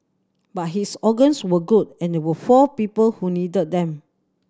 but his organs were good and there were four people who needed them